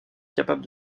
capable